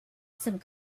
some